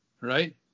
right